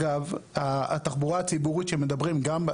התחבורה ציבורית שמדברים,